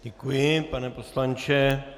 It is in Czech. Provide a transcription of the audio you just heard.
Děkuji, pane poslanče.